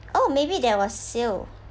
oh maybe there was seal